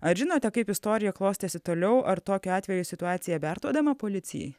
ar žinote kaip istorija klostėsi toliau ar tokiu atveju situacija perduodama policijai